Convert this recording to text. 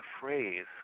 phrase